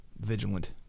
vigilant